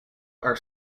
are